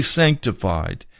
sanctified